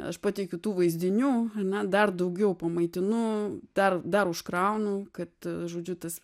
aš pateikiu tų vaizdinių na dar daugiau pamaitinu dar dar užkraunu kad žodžiu tas